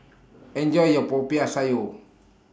Enjoy your Popiah Sayur